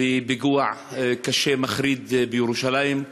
בפיגוע קשה, מחריד, בירושלים,